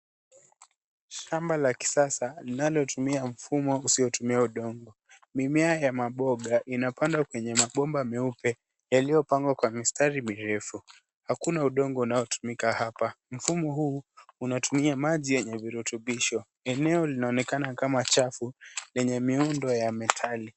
Shamba la kisasa linalotumia mfumo usiotumia udongo, mimea ya maboga inapandwa kwenye mabomba meupe yaliyopangwa kwa mistari mirefu, hakuna udongo unatumika hapa, mfumo huu unatumia maji yenye virutubisho, eneo linaonekana kama chafu yenye miundo ya metali.